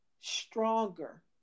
stronger